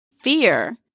fear